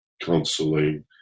counseling